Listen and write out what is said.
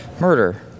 murder